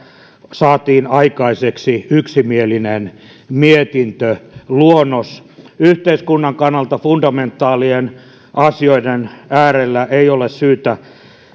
saatiin aikaiseksi yksimielinen mietintöluonnos yhteiskunnan kannalta fundamentaalien asioiden äärellä ei ole syytä